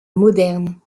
moderne